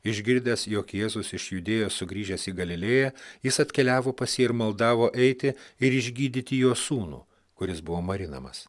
išgirdęs jog jėzus iš judėjos sugrįžęs į galilėją jis atkeliavo pas jį ir maldavo eiti ir išgydyti jo sūnų kuris buvo marinamas